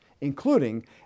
including